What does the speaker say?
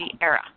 era